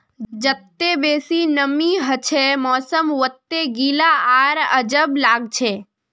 जत्ते बेसी नमीं हछे मौसम वत्ते गीला आर अजब लागछे